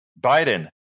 Biden